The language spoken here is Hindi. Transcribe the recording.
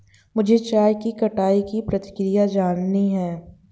मुझे चाय की कटाई की प्रक्रिया जाननी है